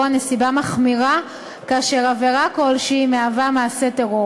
נסיבה מחמירה כאשר עבירה כלשהי מהווה מעשה טרור.